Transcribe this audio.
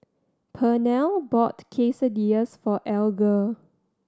Pernell bought Quesadillas for Alger